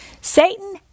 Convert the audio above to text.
Satan